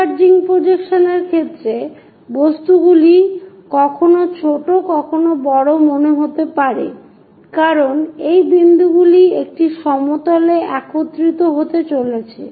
converging projection এর ক্ষেত্রে বস্তুগুলি কখনো ছোট দেখায় কখনো বড় মনে হতে পারে কারণ এই বিন্দুগুলি একটি সমতলে একত্রিত হতে চলেছে